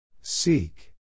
Seek